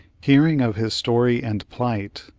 hearing of his story and plight,